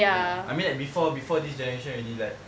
ya I mean like before before this generation already like